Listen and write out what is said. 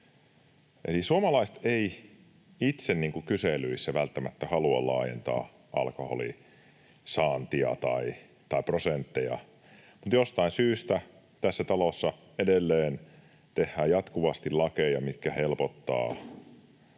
Eli suomalaiset eivät itse kyselyissä välttämättä halua laajentaa alkoholin saantia tai prosentteja, mutta jostain syystä tässä talossa edelleen tehdään jatkuvasti lakeja, mitkä helpottavat